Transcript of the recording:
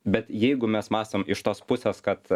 bet jeigu mes mąstom iš tos pusės kad